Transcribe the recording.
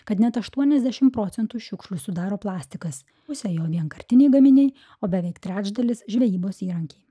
kad net aštuoniasdešimt procentų šiukšlių sudaro plastikas pusė jo vienkartiniai gaminiai o beveik trečdalis žvejybos įrankiai